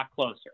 closer